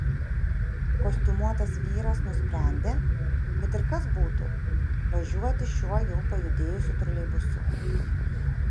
kostiumuotas vyras nusprendė kad ir kas būtų važiuoti šiuo jau pajudėjusiu troleibusu